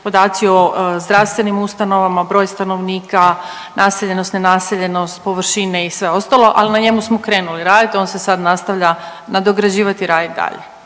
podaci o zdravstvenim ustanovama, broj stanovnika, naseljenost, nenaseljenost, površine i sve ostalo, al na njemu smo krenuli radit, on se sad nastavlja nadograđivat i radit dalje.